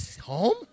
home